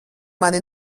mani